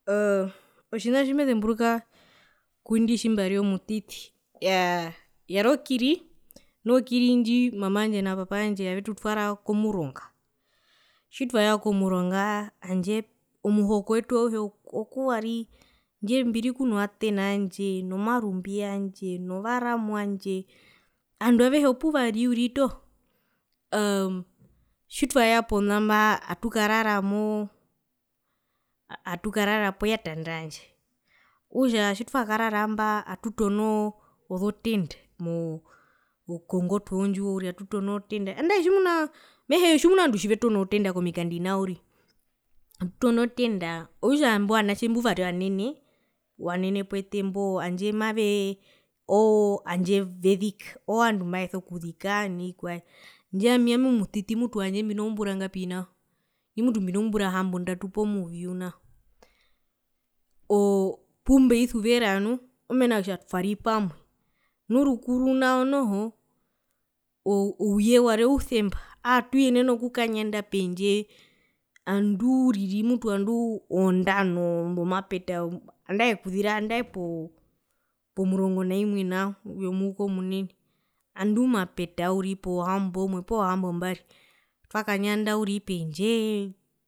Otjina tjimezembura tjimbari omutiti o kiri nu okiri omama aandje na papa aandje avetutwara komuronga tjitwaya komuronga handje omuhoko wetu auhe okuwari handje mbiri kuno vateana aandje nomarumbi yaandje novaramwandje ovandu avehe opuvari uriri toho tjitwaya pona atukarara moo atukarara poya tanda yandje okutja tjitwakarara atutono ozo tenta moo kongotwe ozondjiwo uriri atutono ozotenta andae tjimuna mehee tjimuna ovandu tjivetona ozotenta komikandi nao atutono ozotenta okutja imbo vanatje mbari ovanene pwete mbo handje mavee oo handje vezika owo vandu mbumaveso kuzika noo handje ami ami omutiti mutu handje mbino zombura ngapi nao mutu tjandje mbino zombura hambondatu poo muvyu nao oo pumbeisuvera nu handje turi pamwe nu rukuru nao noho o ouye wari ousemba aatuyenene okukanyanda pendje anduu uriri mutu anduu oo ndano yomapeta andae okuzira andae poo pomurongo na imwe nao yomuhukomunene ngandu mapeta uriri pohamboumwe pohambombari twakanyanda uriri pendjee.